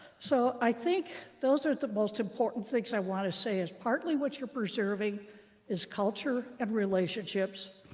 so i think those are the most important things i want to say, is partly what you're preserving is culture and relationships,